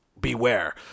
Beware